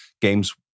games